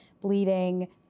bleeding